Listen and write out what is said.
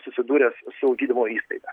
susidūręs su gydymo įstaiga